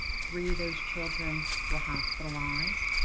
three of those children were hospitalized.